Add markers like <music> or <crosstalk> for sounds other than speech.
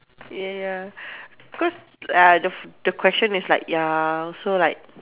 ya <breath> cause uh the the question is like ya so like